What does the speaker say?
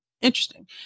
interesting